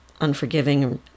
unforgiving